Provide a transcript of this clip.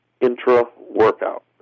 intra-workout